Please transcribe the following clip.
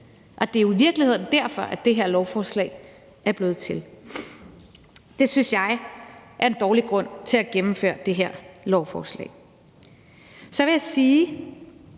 Det er jo i virkeligheden derfor, at det her lovforslag er blevet til. Det synes jeg er en dårlig grund til at gennemføre det. Så vil jeg sige,